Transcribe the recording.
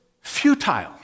futile